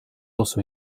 also